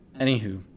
anywho